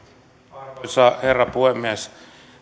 arvoisa herra puhemies